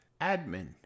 Admin